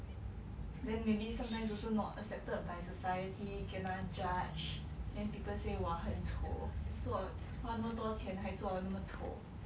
then maybe sometimes also not accepted by society kena judge then people say !wah! 很丑做花那么多钱还做到那么丑